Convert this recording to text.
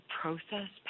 process